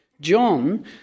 John